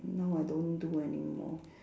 no I don't do anymore